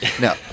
No